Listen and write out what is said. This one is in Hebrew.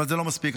אבל זה לא מספיק.